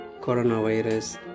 coronavirus